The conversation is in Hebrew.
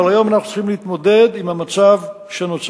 אבל היום אנחנו צריכים להתמודד עם המצב שנוצר.